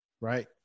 right